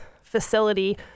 facility